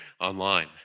online